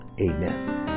Amen